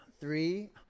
three